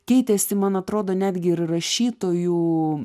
keitėsi man atrodo netgi ir rašytojų